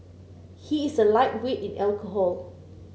he is a lightweight in alcohol